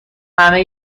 همه